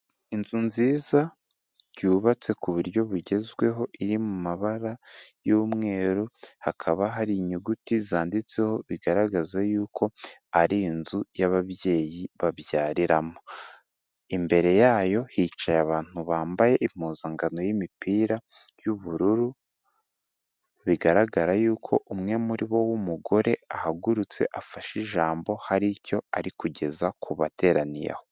Inzu nziza, yubatse ku buryo bugezweho, iri mu mabara y'umweru, hakaba hari inyuguti zanditseho, bigaragaza yuko ari inzu ababyeyi babyariramo, imbere yayo hicaye abantu bambaye impuzankano y'imipira y'ubururu, bigaragara yuko umwe muri bo w'umugore, ahagurutse, afashe ijambo, hari icyo ari kugeza ku bateraniye aho.